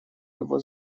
его